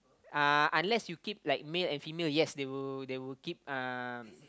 uh unless you keep like male and female yes they will they will keep um